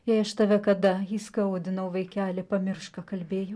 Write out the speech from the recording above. jei aš tave kada įskaudinau vaikeli pamiršk ką kalbėjau